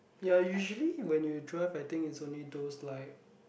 ya usually when you drive I think it's only those like